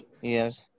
Yes